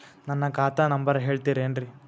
ನನ್ನ ಖಾತಾ ನಂಬರ್ ಹೇಳ್ತಿರೇನ್ರಿ?